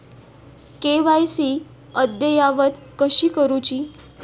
KYC अद्ययावत कशी करुची?